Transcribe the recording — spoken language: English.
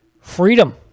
Freedom